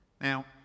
Now